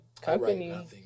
company